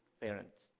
parents